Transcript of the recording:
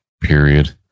period